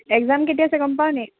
exam কেতিয়া আছে গম পাৱ নেকি